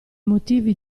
motivi